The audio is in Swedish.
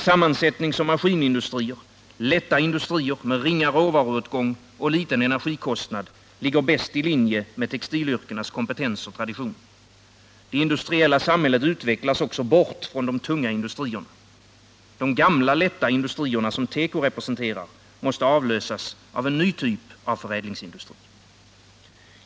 Sammansättningsoch maskinindustrier, lätta industrier med ringa råvaruåtgång och liten energikostnad ligger bäst i linje med textilyrkenas kompetens och tradition. Det industriella samhället utvecklas också bort från de tunga industrierna. De gamla lätta industrierna, som teko representerar, måste avlösas av en ny typ av förädlingsindustri.